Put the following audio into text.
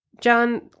John